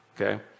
okay